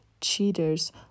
cheaters